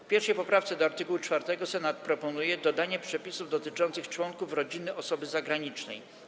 W 1. poprawce do art. 4 Senat proponuje dodanie przepisów dotyczących członków rodziny osoby zagranicznej.